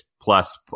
plus